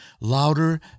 louder